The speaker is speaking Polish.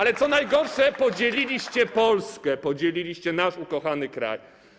Ale, co najgorsze, podzieliliście Polskę, podzieliliście nasz ukochany kraj.